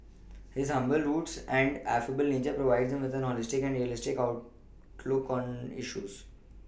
his humble roots and affable nature provide him with a holistic and realistic outlook on issues